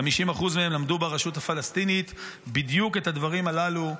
50% מהם למדו ברשות הפלסטינית בדיוק את הדברים הללו: